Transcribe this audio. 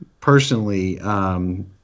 personally –